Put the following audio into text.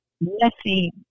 messy